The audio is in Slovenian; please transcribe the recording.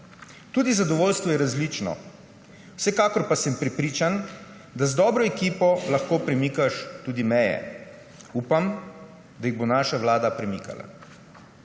tudi zadovoljstvo je različno, vsekakor pa sem prepričan, da z dobro ekipo lahko premikaš meje. Upam, da jih bo naša vlada premikala.